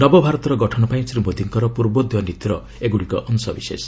ନବଭାରତର ଗଠନ ପାଇଁ ଶ୍ରୀ ମୋଦୀଙ୍କର ପୂର୍ବୋଦୟ ନୀତିର ଏଗୁଡିକ ଅଂଶବିଶେଷ